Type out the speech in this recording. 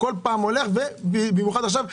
במיוחד עכשיו,